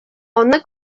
аны